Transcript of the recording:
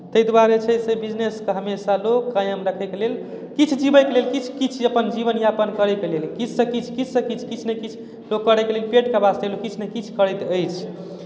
ताहि दुआरे जे छै से बिजनेसकेँ हमेशा लोक कायम रखयके लेल किछु जीवयके लेल किछु किछु अपन जीवनयापन करयके लेल किछुसँ किछु किछुसँ किछु किछु ने किछु लोक करैत पेटके वास्ते लोक किछु करैत अछि